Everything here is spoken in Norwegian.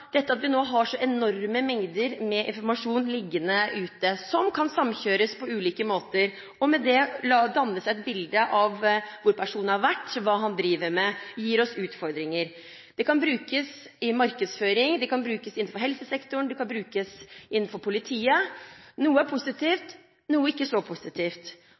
at vi nå har enorme mengder med informasjon liggende ute som kan samkjøres på ulike måter, og at man med det kan danne seg et bilde av hvor en person har vært, hva han driver med, gir oss utfordringer. Det kan brukes i markedsføring, det kan brukes innenfor helsesektoren, og det kan brukes innenfor politiet. Noe er positivt, og noe er ikke så positivt.